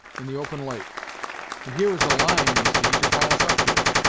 in the open lake and here is a line, you see, to haul us up to it.